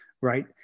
right